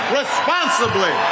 responsibly